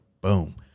Boom